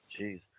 Jeez